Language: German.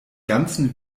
ganzen